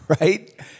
Right